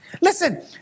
Listen